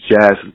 jazz